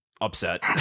Upset